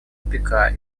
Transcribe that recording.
тупика